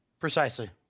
Precisely